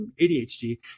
ADHD